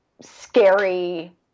scary